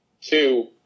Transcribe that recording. two